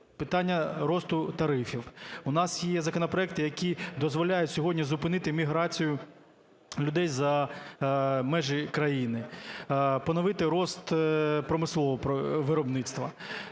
питання росту тарифів, у нас є законопроекти, які дозволяють сьогодні зупинити міграцію людей за межі країни, поновити ріст промислового виробництва.